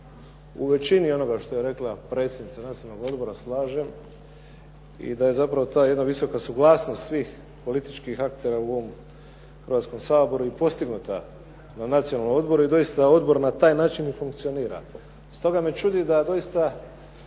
u većini onoga što je rekla predsjednica Nacionalnog odbora slažem i da je zapravo ta jedna visoka suglasnost svih političkih aktera u ovom Hrvatskom saboru i postignuta na Nacionalnom odboru i doista odbor i na taj način funkcionira. Stoga me čudi da dosta